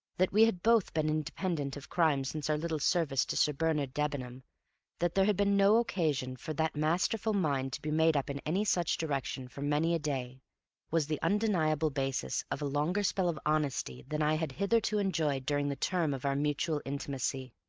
that we had both been independent of crime since our little service to sir bernard debenham that there had been no occasion for that masterful mind to be made up in any such direction for many a day was the undeniable basis of a longer spell of honesty than i had hitherto enjoyed during the term of our mutual intimacy.